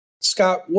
Scott